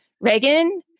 Reagan